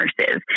nurses